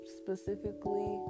specifically